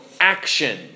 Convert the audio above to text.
action